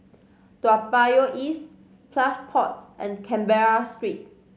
Toa Payoh East Plush Pods and Canberra Street